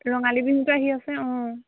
ৰঙালী বিহুটো আহি আছে অঁ